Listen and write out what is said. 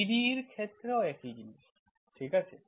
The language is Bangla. PDE এর ক্ষেত্রেও একই জিনিস ঠিক আছে